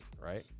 right